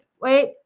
wait